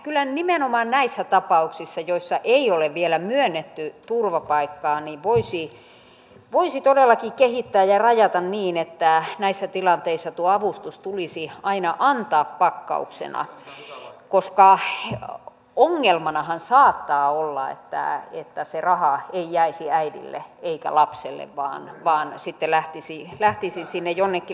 mielestäni tätä kyllä nimenomaan näissä tapauksissa joissa ei ole vielä myönnetty turvapaikkaa voisi todellakin kehittää ja rajata niin että näissä tilanteissa tuo avustus tulisi aina antaa pakkauksena koska ongelmanahan saattaa olla että se raha ei jäisi äidille eikä lapselle vaan sitten lähtisi sinne jonnekin lähtömaahan